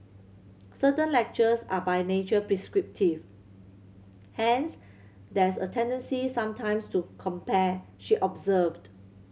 certain lectures are by nature prescriptive hence there's a tendency sometimes to compare she observed